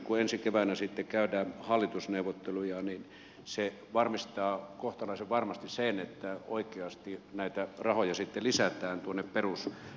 kun ensi keväänä sitten käydään hallitusneuvotteluja niin se varmistaa kohtalaisen varmasti sen että oikeasti näitä rahoja sitten lisätään tuonne perusväylänpitoon